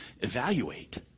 evaluate